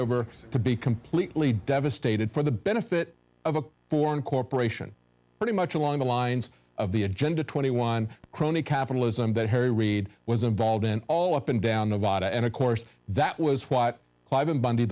over to be completely devastated for the benefit of a foreign corporation pretty much along the lines of the agenda twenty one crony capitalism that harry reid was involved in all up and down the water and of course that was what live in bundy